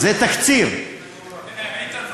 תן לנו את התקציר.